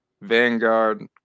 Vanguard